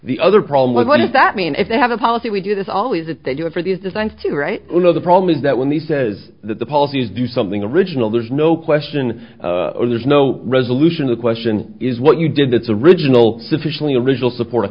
the other problem with what does that mean if they have a policy we do this always it they do it for these designs to write you know the problem is that when he says that the policies do something original there's no question or there's no resolution the question is what you did its original sufficiently original support